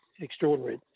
extraordinary